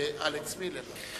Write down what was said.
אלכס מילר.